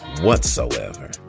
whatsoever